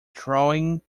drawing